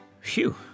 Phew